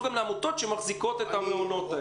גם לעמותות שמחזיקות את המעונות האלה.